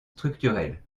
structurelles